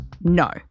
No